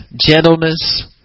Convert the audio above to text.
gentleness